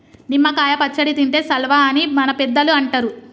నిమ్మ కాయ పచ్చడి తింటే సల్వా అని మన పెద్దలు అంటరు